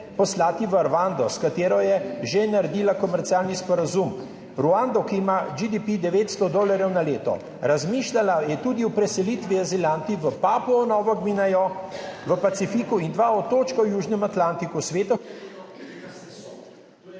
poslati v Ruando, s katero je že naredila komercialni sporazum, Ruando, ki ima GDP 900 dolarjev na leto, razmišljala je tudi o preselitvi azilanti v Papuo Novo Gvinejo v Pacifiku in dva otočka v južnem Atlantiku. / izklop